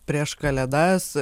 prieš kalėdas